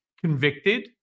convicted